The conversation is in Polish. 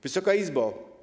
Wysoka Izbo!